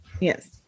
yes